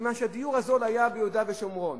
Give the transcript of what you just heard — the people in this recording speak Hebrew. מכיוון שהדיור הזול היה ביהודה ושומרון,